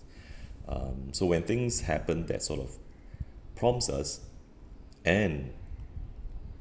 um so when things happen that sort of prompts us and